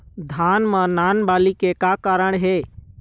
धान म नान बाली के का कारण हे?